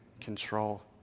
control